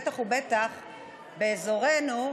בטח ובטח באזורנו,